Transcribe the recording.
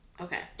Okay